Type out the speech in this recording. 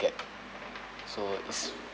at so is